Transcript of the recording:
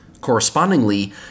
Correspondingly